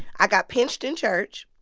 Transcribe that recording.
i got pinched in church.